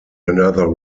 another